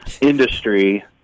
industry